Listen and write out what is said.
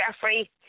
Jeffrey